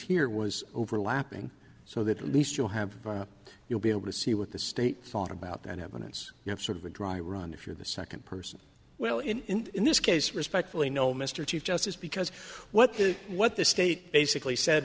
here was overlapping so that at least you'll have you'll be able to see what the state thought about that evidence you know sort of a dry run if you're the second person well in in this case respectfully no mr chief justice because what they what the state basically said